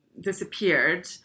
disappeared